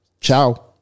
Ciao